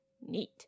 Neat